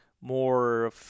more